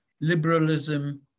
liberalism